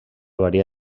varia